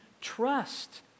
trust